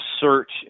search